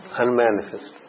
unmanifest